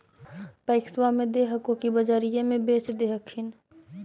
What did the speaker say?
पैक्सबा मे दे हको की बजरिये मे बेच दे हखिन?